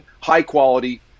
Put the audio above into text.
high-quality